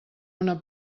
una